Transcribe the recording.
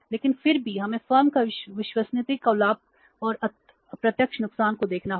लेकिन फिर भी हमें फर्म की विश्वसनीयता को लाभ और अप्रत्यक्ष नुकसान को देखना होगा